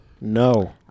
No